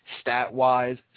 stat-wise